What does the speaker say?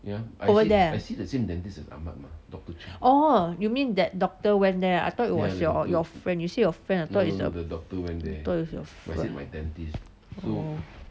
over there ah orh you mean that doctor went there ah I thought it was your your friend you say your friend I thought it's your I thought it was your friend [oh]h